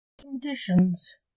Conditions